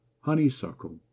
Honeysuckle